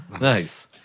Nice